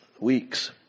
weeks